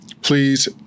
Please